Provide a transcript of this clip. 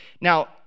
Now